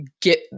get